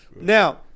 now